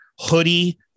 hoodie